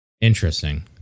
Interesting